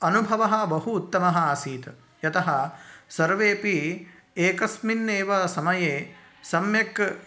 अनुभवः बहु उत्तमः आसीत् यतः सर्वेऽपि एकस्मिन्नेव ससम्यक्